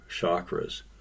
chakras